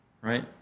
right